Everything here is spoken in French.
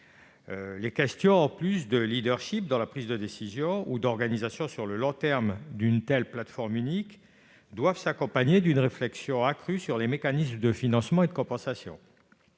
Les questions de leadership dans la prise de décision ou d'organisation sur le long terme d'une telle plateforme unique doivent s'accompagner d'une réflexion accrue sur les mécanismes de financement et de compensation.